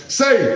say